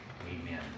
Amen